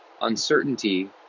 uncertainty